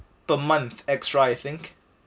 per month extra I think